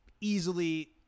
easily